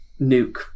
Nuke